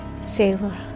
Selah